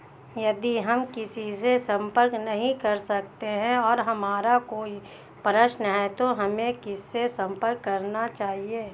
यदि हम किसी से संपर्क नहीं कर सकते हैं और हमारा कोई प्रश्न है तो हमें किससे संपर्क करना चाहिए?